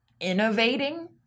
innovating